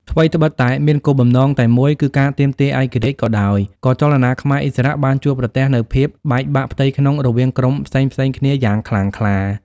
ថ្វីដ្បិតតែមានគោលបំណងតែមួយគឺការទាមទារឯករាជ្យក៏ដោយ ក៏ចលនាខ្មែរឥស្សរៈបានជួបប្រទះនូវភាពបែកបាក់ផ្ទៃក្នុងរវាងក្រុមផ្សេងៗគ្នាយ៉ាងខ្លាំងក្លា។